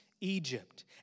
Egypt